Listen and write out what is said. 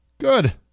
good